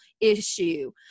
issue